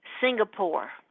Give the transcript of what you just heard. Singapore